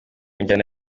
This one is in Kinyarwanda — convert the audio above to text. njyana